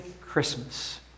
Christmas